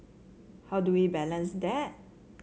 how do we balance that